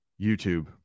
YouTube